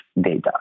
data